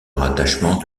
rattachement